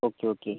okay okay